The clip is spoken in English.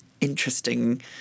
interesting